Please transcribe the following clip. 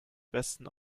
besten